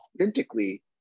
authentically